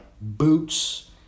boots